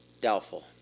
Doubtful